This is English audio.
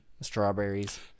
Strawberries